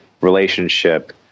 relationship